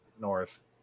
North